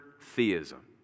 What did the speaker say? theism